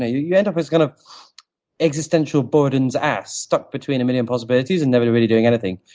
ah you end up as kind of existential boredom's ass stuck between a million possibilities and never really doing anything.